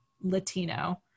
latino